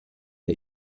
der